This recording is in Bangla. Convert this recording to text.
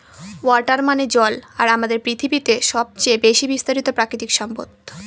ওয়াটার মানে জল আর আমাদের পৃথিবীতে সবচেয়ে বেশি বিস্তারিত প্রাকৃতিক সম্পদ